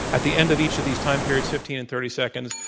at the end of each of these time periods, fifteen and thirty seconds,